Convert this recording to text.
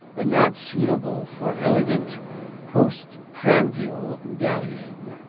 but not suitable for elegant post-prandial dallying.